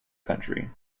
country